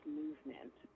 movement